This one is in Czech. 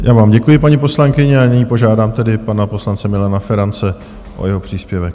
Já vám děkuji, paní poslankyně, a nyní požádám pana poslance Milana Ferance o jeho příspěvek.